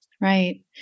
Right